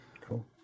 Cool